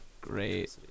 Great